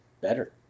better